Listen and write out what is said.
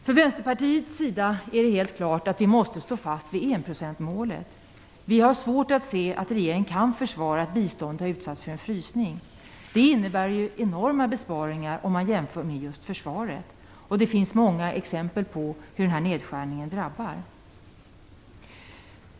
För Vänsterpartiet är det självklart att vi måste stå fast vid enprocentsmålet. Vi har svårt att förstå att regeringen kan försvara att biståndsanslagen har utsatts för en frysning. Det innebär ju besparingar i jämförelse med anslagen till just försvaret. Det finns många exempel på hur den nedskärningen drabbar.